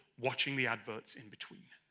watching the adverts in between?